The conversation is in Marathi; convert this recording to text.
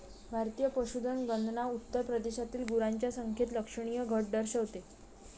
भारतीय पशुधन गणना उत्तर प्रदेशातील गुरांच्या संख्येत लक्षणीय घट दर्शवते